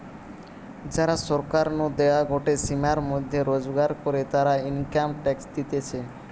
যারা সরকার নু দেওয়া গটে সীমার মধ্যে রোজগার করে, তারা ইনকাম ট্যাক্স দিতেছে